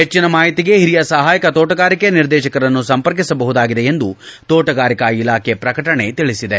ಹೆಚ್ಚಿನ ಮಾಹಿತಿಗೆ ಹಿರಿಯ ಸಹಾಯಕ ತೋಟಗಾರಿಕೆ ನಿರ್ದೇಶಕರನ್ನು ಸಂಪರ್ಕಿಸಬಹುದಾಗಿದೆ ಎಂದು ತೋಟಗಾರಿಕಾ ಇಲಾಖೆ ಪ್ರಕಟಣೆ ತಿಳಿಸಿದೆ